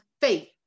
faith